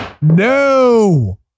no